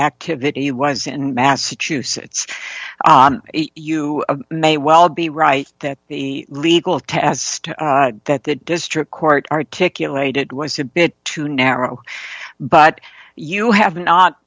activity was in massachusetts you may well be right that the legal test that the district court articulate it was a bit too narrow but you have not